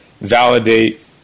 validate